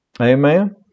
Amen